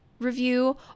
review